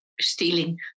stealing